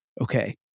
okay